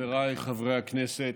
חבריי חברי הכנסת,